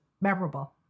Memorable